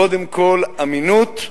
קודם כול אמינות,